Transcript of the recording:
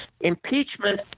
impeachment